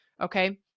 okay